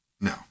no